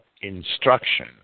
instruction